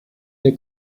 der